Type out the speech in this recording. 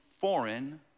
foreign